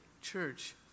Church